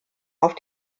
auf